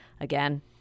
Again